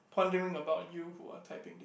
pondering about you who are typing this